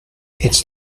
its